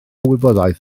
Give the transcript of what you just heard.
wybodaeth